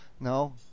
No